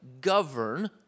govern